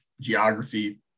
geography